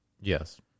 yes